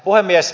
puhemies